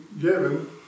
given